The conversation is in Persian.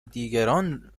دیگران